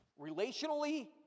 Relationally